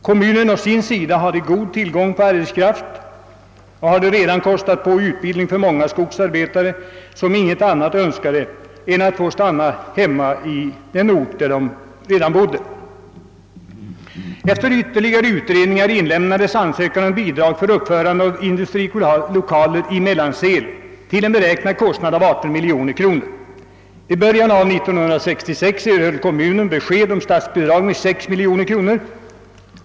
Kommunen hade å sin sida god tillgång på arbetskraft och hade redan kostat på utbildning för många skogsarbetare, som inget hellre önskade än att få stanna kvar på den ort där de redan bodde. Efter ytterligare utredningar inlämnades ansökan om bidrag för uppförande av industrilokal i Mellansel till en beräknad kostnad av 18 miljoner kronor. I början av 1965 erhöll kommunen besked om statsbidrag på 6 miljoner kronor.